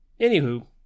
Anywho